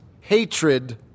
hatred